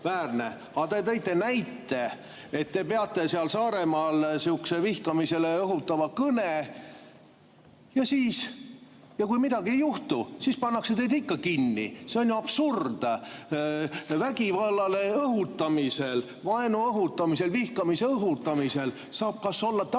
Te tõite näite, et te peate seal Saaremaal sihukese vihkamisele õhutava kõne ja siis, kui midagi ei juhtu, pannakse teid ikka kinni. See on ju absurd. Vägivallale õhutamisel, vaenu õhutamisel, vihkamise õhutamisel saab olla tagajärg